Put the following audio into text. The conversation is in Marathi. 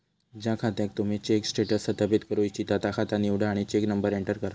ज्या खात्याक तुम्ही चेक स्टेटस सत्यापित करू इच्छिता ता खाता निवडा आणि चेक नंबर एंटर करा